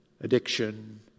addiction